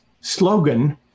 slogan